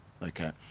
Okay